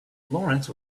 lawrence